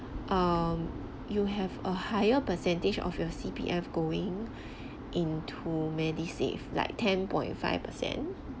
um you have a higher percentage of your C_P_F going into MediSave like ten point five percent